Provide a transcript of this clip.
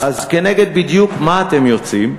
אז כנגד בדיוק מה אתם יוצאים,